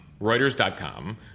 Reuters.com